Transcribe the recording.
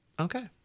Okay